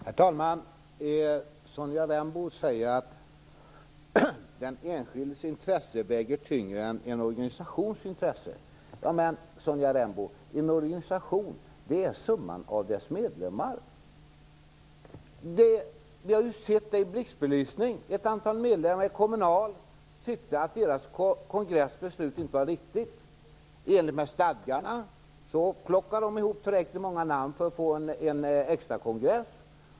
Herr talman! Sonja Rembo säger att den enskildes intresse väger tyngre än en organisations intresse. Men, Sonja Rembo, en organisation är summan av sina medlemmar. Vi har ju sett det i blixtbelysning: Ett antal medlemmar i Kommunal tyckte att ett beslut fattat på deras kongress inte var riktigt. I enlighet med stadgarna plockade de ihop tillräckligt många namn för att få en extrakongress.